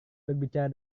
berbicara